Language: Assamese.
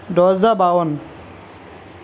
দহ হাজাৰ বাৱন্ন